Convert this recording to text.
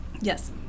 Yes